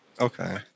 Okay